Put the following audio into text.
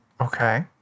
okay